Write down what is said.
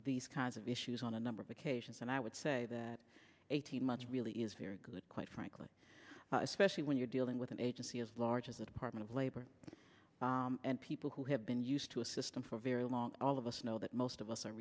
these kinds of issues on a number of occasions and i would say that eighteen months really is very good quite frankly especially when you're dealing with an agency as large as the department of labor and people who have been you to a system for very long all of us know that most of us are